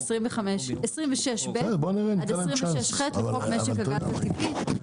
26(ב) עד 26(ח) לחוק משק הגז הטבעי,